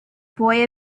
boy